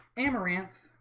amaranth